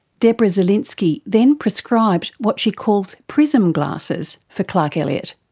deborah zelinsky then prescribed what she calls prism glasses for clark elliott.